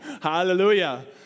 Hallelujah